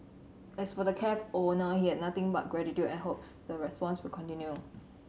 as for the cafe owner he had nothing but gratitude and hopes the response will continue